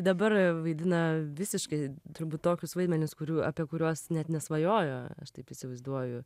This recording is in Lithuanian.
dabar vaidina visiškai turbūt tokius vaidmenis kurių apie kuriuos net nesvajojo aš taip įsivaizduoju